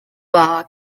bar